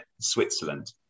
Switzerland